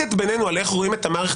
המחלוקת בינינו על איך רואים את המערכת